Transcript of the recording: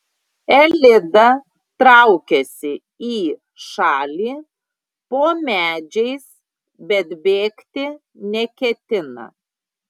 elida traukiasi į šalį po medžiais bet bėgti neketina